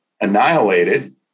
annihilated